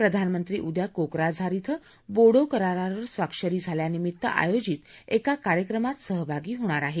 प्रधानमंत्री उद्या कोकराझार इथं बोडो करारावर स्वाक्षरी झाल्यानिमित्त आयोजित एका कार्यक्रमात सहभागी होणार आहेत